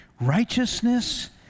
Righteousness